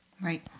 right